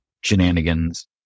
shenanigans